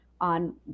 on